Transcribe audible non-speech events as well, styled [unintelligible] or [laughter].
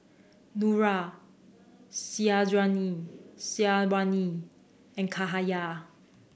Nura [unintelligible] Syazwani and Cahaya